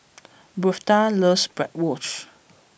Birtha loves Bratwurst